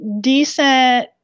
decent